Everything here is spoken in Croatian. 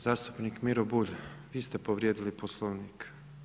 Zastupnik Miro Bulj, vi ste povrijedili Poslovnik.